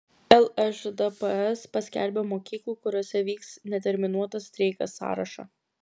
lšdps paskelbė mokyklų kuriose vyks neterminuotas streikas sąrašą